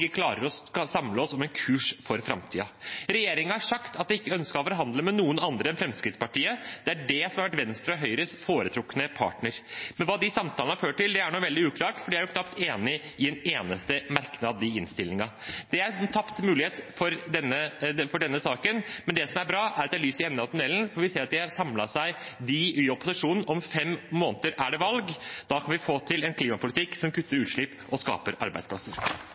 samle oss om en kurs for framtiden. Regjeringen har sagt at den ikke ønsker å forhandle med noen andre enn Fremskrittspartiet. Det er det som har vært Venstre og Høyres foretrukne partner. Men hva de samtalene har ført til, er nå veldig uklart, for de er knapt enig om en eneste merknad i innstillingen. Det er en tapt mulighet for denne saken, men det som er bra, er at det er lys i enden av tunnelen, for vi ser at vi i opposisjonen har samlet oss. Om fem måneder er det valg. Da skal vi få til en klimapolitikk som kutter utslipp og skaper arbeidsplasser.